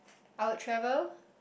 I would travel